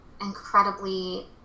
incredibly